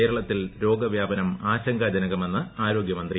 കേരളത്തിൽ രോഗവ്യാപനം ആശങ്കാജനകമെന്ന് ആരോഗൃമന്ത്രി